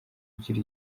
ugira